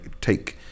take